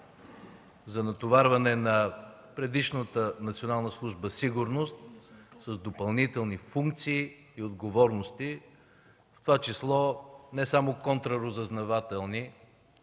за натоварване на предишната Национална служба „Сигурност” с допълнителни функции и отговорности, в това число не само контраразузнавателни,